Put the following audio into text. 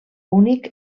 únic